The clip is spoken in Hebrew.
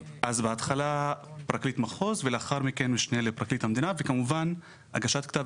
בהתחלה פרקליט מחוז ולאחר מכן משנה לפרקליט המדינה וכמובן הגשת כתב